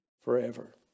forever